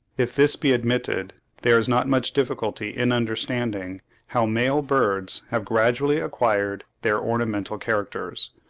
if this be admitted, there is not much difficulty in understanding how male birds have gradually acquired their ornamental characters.